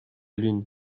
lune